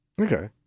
Okay